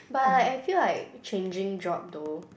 but I like I feel like changing job though